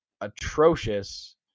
atrocious